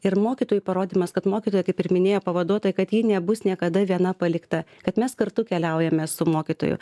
ir mokytojų parodymas kad mokytoja kaip ir minėjo pavaduotoja kad ji nebus niekada viena palikta kad mes kartu keliaujame su mokytoju